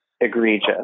egregious